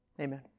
amen